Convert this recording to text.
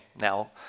Now